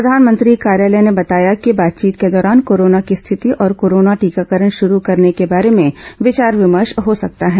प्रधानमंत्री कार्यालय ने बताया है कि बातचीत के दौरान कोरोना की स्थिति और कोरोना टीकाकरण शुरू करने के बारे में विचार विमर्श हो सकता है